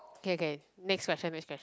okay okay next question next question